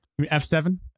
F7